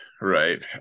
right